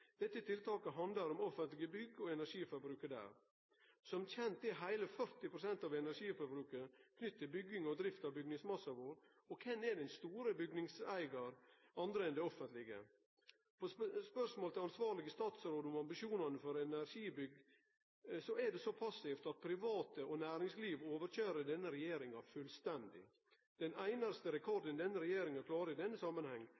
Dette tiltaket handlar om offentlege bygg og energiforbruket der. Som kjent er heile 40 pst. av energiforbruket knytt til bygging og drift av bygningsmassen vår, og kven er den store bygningseigaren, om ikkje offentleg sektor? På spørsmål til den ansvarlege statsråden om ambisjonane for energibygg er ein så passiv at private og næringslivet overkøyrer denne regjeringa fullstendig. Den einaste